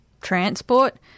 transport